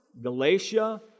Galatia